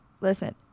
listen